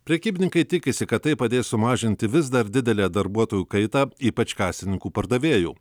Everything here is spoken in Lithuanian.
prekybininkai tikisi kad tai padės sumažinti vis dar didelę darbuotojų kaita ypač kasininkų pardavėjų